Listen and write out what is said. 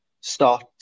start